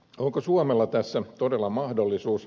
onko suomella tässä todella mahdollisuus